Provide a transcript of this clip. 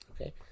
Okay